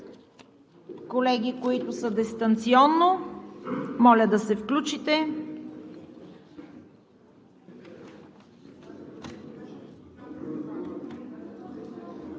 Колеги, които сте дистанционно, моля да се включите.